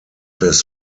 his